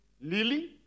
Kneeling